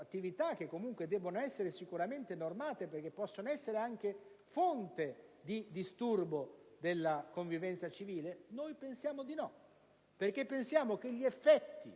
che comunque debbono essere sicuramente normate perché possono essere fonte di disturbo della convivenza civile? Noi pensiamo di no, perché pensiamo che gli effetti